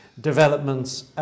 developments